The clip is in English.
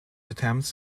attempts